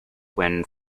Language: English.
when